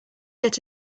get